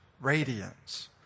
radiance